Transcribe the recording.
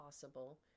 possible